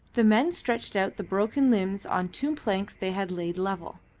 the men stretched out the broken limbs on two planks they had laid level,